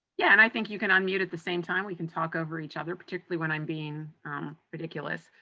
yeah, and i think you can unmute at the same time we can talk over each other, particularly when i'm being ridiculous.